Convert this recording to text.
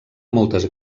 moltes